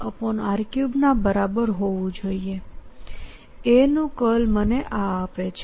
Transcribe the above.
rr mr3ના બરાબર હોવું જોઈએ A નું કર્લ મને આ આપે છે